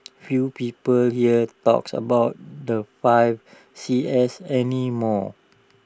few people here talks about the five C S any more